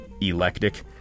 electric